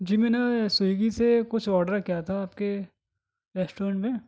جی میں نے سویگی سے کچھ آڈر کیا تھا آپ کے ریسٹورنٹ میں